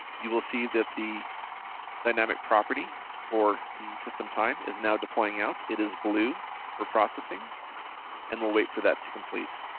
you will see that the dynamic property for the system time is now deploying out. it is blue for processing and will wait for that to complete.